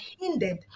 hindered